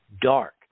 dark